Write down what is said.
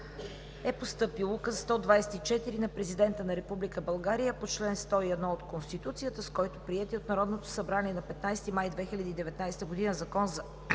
е постъпил Указ № 124 на президента на Република България по чл. 101 от Конституцията, с който приетият от Народното събрание на 15 май 2019 г. Закон за